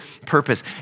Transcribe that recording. purpose